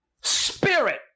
spirit